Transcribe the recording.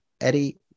Eddie